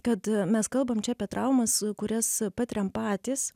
kad mes kalbam čia apie traumas kurias patiriam patys